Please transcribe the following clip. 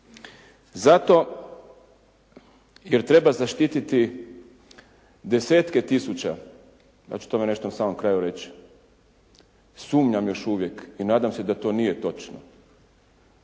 Zato jer treba zaštititi desetke tisuća, ja ću o tome nešto na samom kraju reći, sumnjam još uvijek i nadam se da to nije točno.